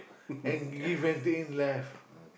and give and take in life